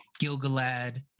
Gilgalad